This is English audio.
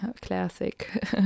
Classic